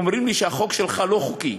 אומרים לי שהחוק שלך לא חוקי.